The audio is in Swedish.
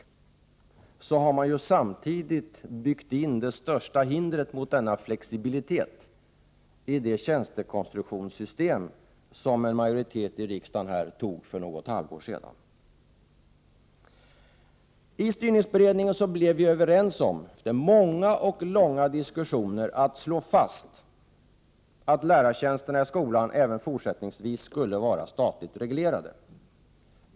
Men samtidigt har man 45 byggt in det största hindret mot en sådan flexibilitet i och med det tjänstekonstruktionssystem som en majoritet här i riksdagen antog för ungefär ett halvår sedan. I styrningsberedningen blev vi, efter många och långa diskussioner, överens om att det skulle slås fast att lärartjänsterna i skolan även fortsättningsvis skall vara statligt reglerade.